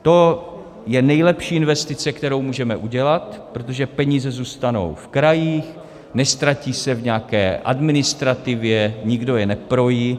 To je nejlepší investice, kterou můžeme udělat, protože peníze zůstanou v krajích, neztratí se v nějaké administrativě, nikdo je neprojí.